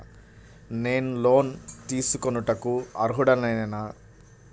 నేను లోన్ తీసుకొనుటకు అర్హుడనేన?